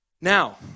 Now